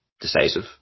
decisive